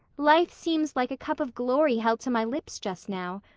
life seems like a cup of glory held to my lips just now.